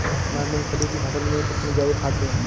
मैं मूंगफली की फसल में कितनी जैविक खाद दूं?